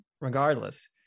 regardless